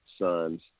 sons